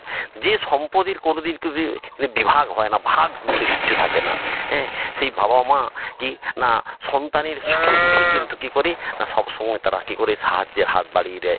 যে সম্পদের কোনো দিন কেদে এর বিভাগ হয় না ভাগ বলে কিছু থাকে না অ্যাঁ সেই বাবা মা কী না সন্তানের সুখে দুখে কিন্তু কী করে না সব সময় তারা কী করে সাহায্যের হাত বাড়িয়ে দেয়